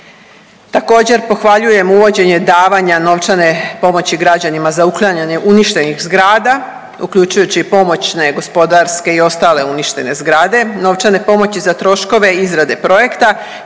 Također, pohvaljujem uvođenje davanja novčane pomoći građanima za uklanjanje uništenih zgrada, uključujući i pomoćne gospodarske i ostale uništene zgrade, novčane pomoći za troškove izrade projekta